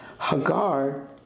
Hagar